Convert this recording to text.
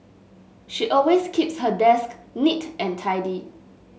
she always keeps her desk neat and tidy